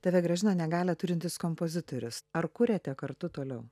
tave grąžino negalią turintis kompozitorius ar kuriate kartu toliau